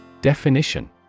Definition